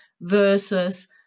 versus